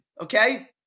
okay